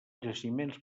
jaciments